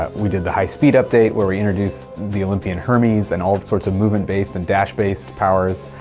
ah we did the high speed update, where we introduced the olympian hermes and all the sorts of movement based and dash based powers.